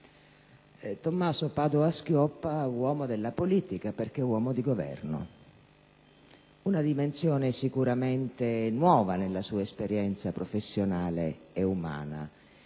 Tommaso Padoa‑Schioppa uomo della politica perché è stato uomo di Governo: una dimensione sicuramente nuova nella sua esperienza professionale e umana.